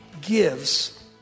gives